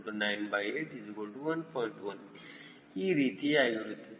1 ಈ ರೀತಿಯಾಗಿರುತ್ತದೆ